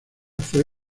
fue